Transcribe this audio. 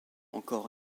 encore